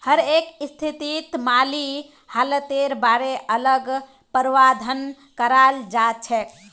हरेक स्थितित माली हालतेर बारे अलग प्रावधान कराल जाछेक